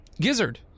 Gizzard